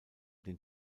den